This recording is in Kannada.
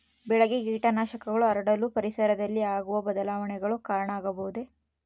ಬೆಳೆಗೆ ಕೇಟನಾಶಕಗಳು ಹರಡಲು ಪರಿಸರದಲ್ಲಿ ಆಗುವ ಬದಲಾವಣೆಗಳು ಕಾರಣ ಆಗಬಹುದೇ?